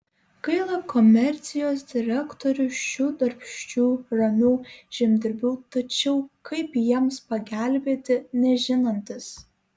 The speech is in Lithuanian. gaila komercijos direktoriui šių darbščių ramių žemdirbių tačiau kaip jiems pagelbėti nežinantis